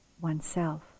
oneself